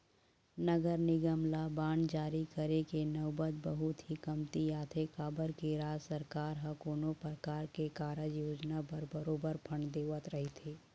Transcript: नगर निगम ल बांड जारी करे के नउबत बहुत ही कमती आथे काबर के राज सरकार ह कोनो परकार के कारज योजना बर बरोबर फंड देवत रहिथे